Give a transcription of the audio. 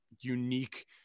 unique